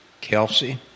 Kelsey